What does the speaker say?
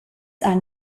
han